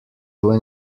when